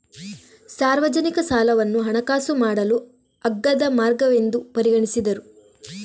ಸಾರ್ವಜನಿಕ ಸಾಲವನ್ನು ಹಣಕಾಸು ಮಾಡಲು ಅಗ್ಗದ ಮಾರ್ಗವೆಂದು ಪರಿಗಣಿಸಿದರು